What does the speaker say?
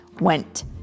went